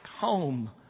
home